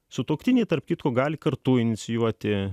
sutuoktiniai tarp kitko gali kartu inicijuoti